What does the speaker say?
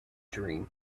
dream